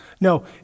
No